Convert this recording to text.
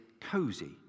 cozy